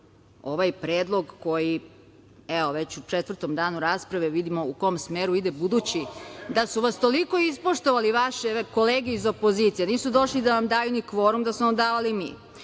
ovaj predlog koji, evo već u četvrtom danu rasprave vidimo u kom smeru ide, budući da su vas toliko ispoštovali vaše kolege iz opozicije da nisu došli da vam daju ni kvorum, nego smo vam dali mi. Da